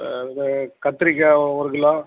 அது கத்திரிக்காய் ஒரு கிலோ